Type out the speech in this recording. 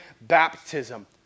baptism